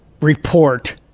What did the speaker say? report